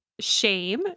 shame